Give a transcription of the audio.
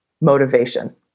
motivation